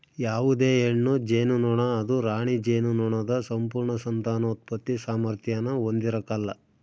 ಯಾವುದೇ ಹೆಣ್ಣು ಜೇನುನೊಣ ಅದು ರಾಣಿ ಜೇನುನೊಣದ ಸಂಪೂರ್ಣ ಸಂತಾನೋತ್ಪತ್ತಿ ಸಾಮಾರ್ಥ್ಯಾನ ಹೊಂದಿರಕಲ್ಲ